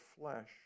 flesh